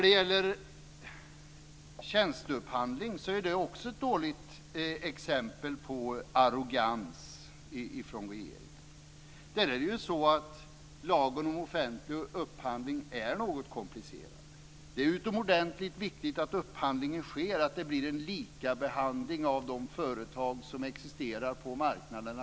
Också frågan om tjänsteupphandling är ett dåligt exempel på arrogans hos regeringen. Lagen om offentlig upphandling är något komplicerad. Det är utomordentligt viktigt att upphandlingar sker och att det blir en lika behandling av de företag som existerar på marknaden.